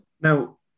Now